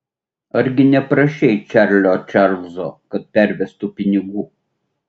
argi neprašei čarlio čarlzo kad pervestų pinigų